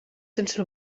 sense